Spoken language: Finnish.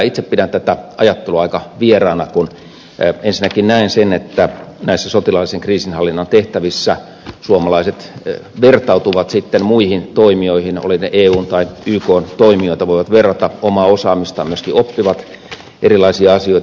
itse pidän tätä ajattelua aika vieraana kun ensinnäkin näen sen että sotilaallisen kriisinhallinnan tehtävissä suomalaiset vertautuvat muihin toimijoihin olivat ne sitten eun tai ykn toimijoita voivat verrata omaa osaamistaan ja myöskin oppivat erilaisia asioita